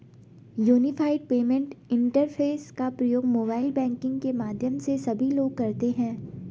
unified payment interface का प्रयोग mobile banking के माध्यम से सभी लोग करते हैं